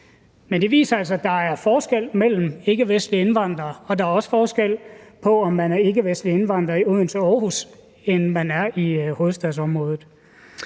det viser altså, at der er forskel mellem ikkevestlige indvandrere, og der er også forskel på, om man er ikkevestlig indvandrer i Odense og Aarhus eller i hovedstadsområdet.